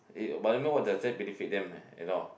it but don't know what does it benefit them eh at all